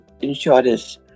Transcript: insurance